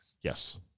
Yes